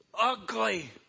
ugly